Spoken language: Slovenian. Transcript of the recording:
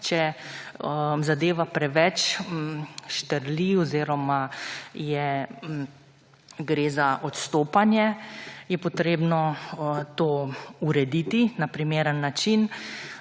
Če zadeva preveč štrli oziroma gre za odstopanje je potrebno to urediti na primeren način.